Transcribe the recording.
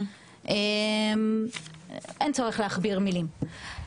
אין צורך להכביר מילים.